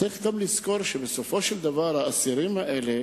צריך גם לזכור שבסופו של דבר האסירים האלה,